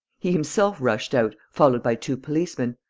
he himself rushed out, followed by two policemen,